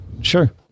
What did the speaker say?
Sure